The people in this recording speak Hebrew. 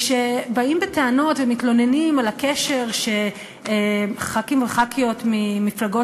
כשבאים בטענות ומתלוננים על כך שחברי כנסת וחברות כנסת ממפלגות